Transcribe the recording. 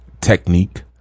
technique